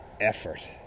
effort